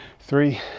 three